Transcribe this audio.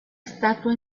estatua